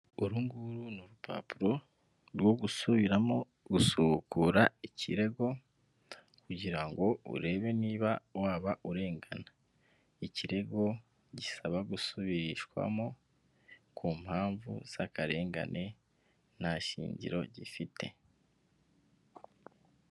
Uru nguru ni urupapuro rwo gusubiramo gusubukura ikirego, kugira ngo urebe niba waba urengana. Ikirego gisaba gusubirishwamo ku mpamvu z'akarengane nta shingiro gifite.